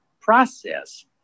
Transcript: process